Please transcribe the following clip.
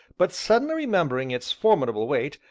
but suddenly remembering its formidable weight,